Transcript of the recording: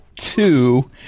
Two